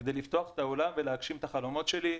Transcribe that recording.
כדי לפתוח את האולם ולהגשים את החלומות שלי,